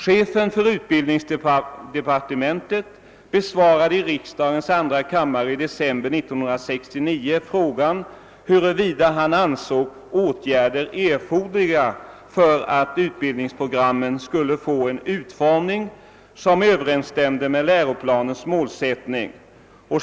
Chefen för utbildningsdepartementet besvarade i riksdagens andra kammare i december 1969 frågan huruvida han ansåg åtgär der erforderliga för att utbildningsprogrammen skulle få en utformning som överensstämde med läroplanens målsättning.